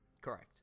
Correct